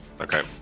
Okay